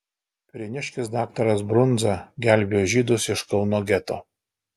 prieniškis daktaras brundza gelbėjo žydus iš kauno geto